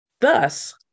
Thus